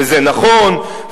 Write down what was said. וזה נכון,